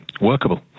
workable